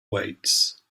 weights